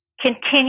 continue